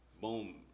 Boom